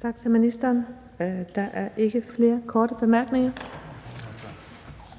Kl. 14:07 Den fg.